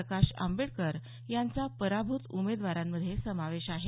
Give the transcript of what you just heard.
प्रकाश आंबेडकर यांचा पराभूत उमेदवारांमध्ये समावेश आहे